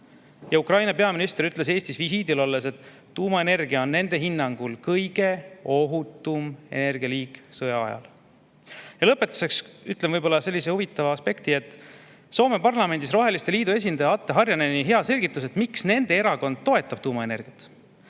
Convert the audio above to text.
Ukraina peaminister ütles Eestis visiidil olles, et tuumaenergia on nende hinnangul kõige ohutum energialiik sõja ajal. Ja lõpetuseks ütlen sellise huvitava aspekti, et Soome parlamendis Rohelise Liidu esindaja Atte Harjanne selgitas hästi, miks nende erakond toetab tuumaenergiat.